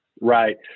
Right